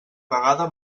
vegada